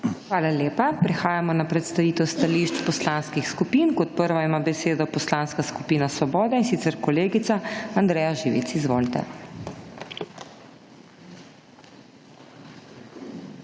Hvala lepa. Prehajamo na predstavitev stališč poslanskih skupin. Kot prva ima besedo Poslanska skupina Svoboda, in sicer kolegica Andreja Živic. Izvolite.